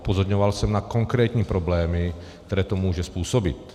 Upozorňoval jsem na konkrétní problémy, které to může způsobit.